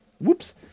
Whoops